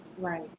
Right